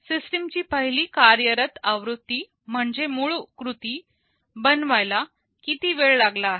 system ची पहिली कार्यरत आवृत्ती म्हणजे मूळकृती बनवायला किती वेळ लागला आहे